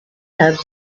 had